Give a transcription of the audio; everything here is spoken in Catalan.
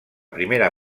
primera